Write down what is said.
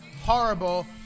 horrible